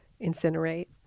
incinerate